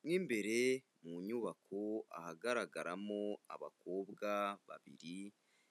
Mo imbere mu nyubako ahagaragaramo abakobwa babiri,